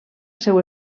seu